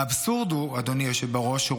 אדוני היושב-ראש,